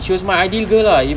she was my ideal girl ah in